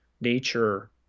nature